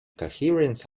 coherence